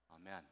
amen